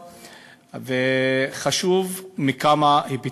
וחשוב מכמה היבטים: